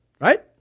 Right